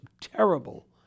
terrible